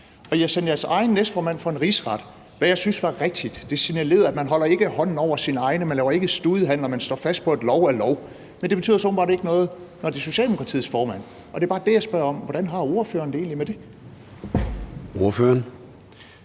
jeres egen næstformand for en rigsret, hvad jeg syntes var rigtigt. Det signalerede, at man ikke holder hånden over sine egne, at man ikke laver studehandler, og at man står fast på, at lov er lov. Men det betyder så åbenbart ikke noget, når det er Socialdemokratiets formand, og det er bare det, jeg spørger om: Hvordan har ordføreren det egentlig med det? Kl.